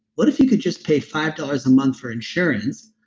what if you could just pay five dollars a month for insurance,